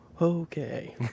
Okay